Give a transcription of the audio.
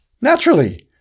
Naturally